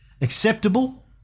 acceptable